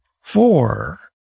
four